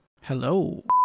Hello